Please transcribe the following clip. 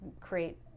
create